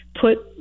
put